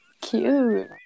Cute